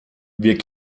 wir